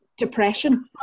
Depression